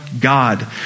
God